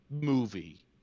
movie